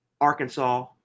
Arkansas